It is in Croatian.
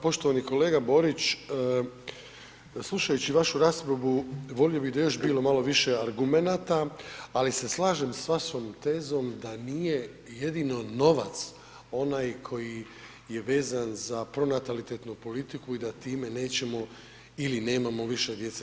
Poštovani kolega Borić, slušajući vašu raspravu volio bi da je još bilo malo više argumenata, ali se slažem s vašom tezom da nije jedino novac onaj koji je vezan za pronatalitetnu politiku i da time nećemo ili nemamo više djece.